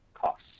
costs